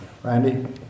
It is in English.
Randy